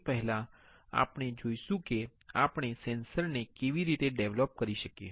તે પહેલાં આપણે જોઈશું કે આપણે સેન્સરનો ને કેવી રીતે ડેવલપ કરી શકીએ